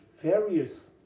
various